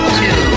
two